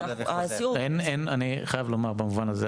אני חייב לומר במובן הזה,